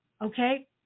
okay